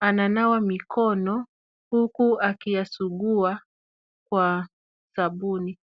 ananawa mikono huku akiyasugua kwa sabuni.